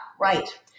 right